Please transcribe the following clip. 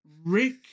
Rick